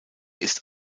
ist